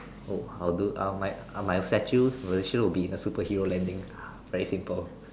oh I'll do I my statue position would be a superhero landing very simple